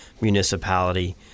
municipality